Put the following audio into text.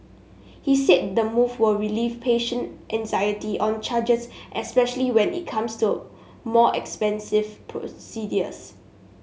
he said the move will relieve patient anxiety on charges especially when it comes to more expensive procedures